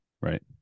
Right